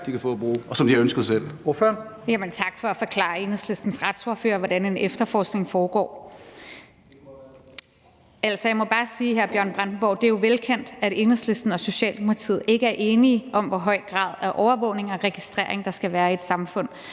kan få og bruge, og som de har ønsket selv.